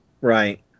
Right